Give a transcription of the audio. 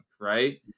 Right